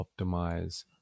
optimize